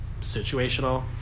situational